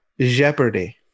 jeopardy